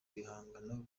ibihangano